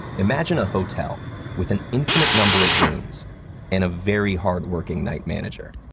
imagine a hotel with an infinite number of rooms and a very hardworking night manager.